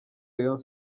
rayon